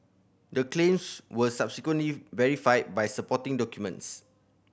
the claims were subsequently verified by supporting documents